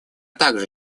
также